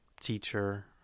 Teacher